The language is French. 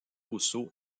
rousseau